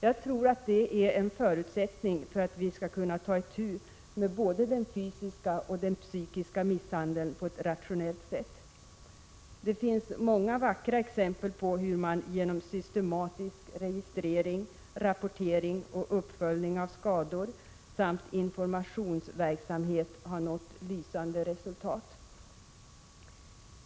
Jag tror att det är en förutsättning för att vi skall kunna ta itu med både den fysiska och den psykiska misshandeln på ett rationellt sätt. Det finns många vackra exempel på hur man genom systematisk registrering, rapportering och uppföljning av skador samt informationsverksamhet har nått lysande resultat.